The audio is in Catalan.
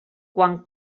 quan